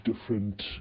different